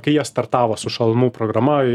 kai jie startavo su šalmų programa